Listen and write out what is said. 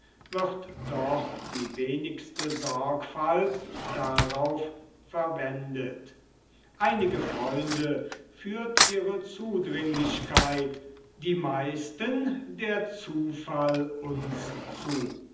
wird doch die wenigste sorgfalt darauf verwendet einige freunde führt ihre zudringlichkeit die meisten der zufall uns zu